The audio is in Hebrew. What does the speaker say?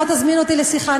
בוא תזמין אותי לשיחה,